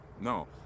No